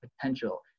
potential